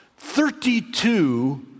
thirty-two